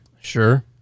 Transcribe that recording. Sure